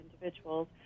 individuals